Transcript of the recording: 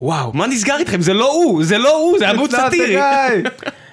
וואו, מה נסגר איתכם? זה לא הוא, זה לא הוא, זה עמוד סאטירי.